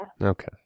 Okay